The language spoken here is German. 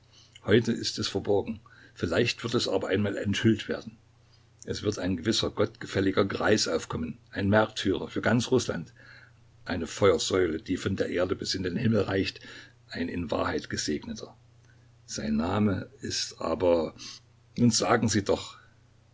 heute ist es verborgen vielleicht wird es aber einmal enthüllt werden es wird ein gewisser gottgefälliger greis aufkommen ein märtyrer für ganz rußland eine feuersäule die von der erde bis in den himmel reicht ein in wahrheit gesegneter sein name aber ist nun sagen sie doch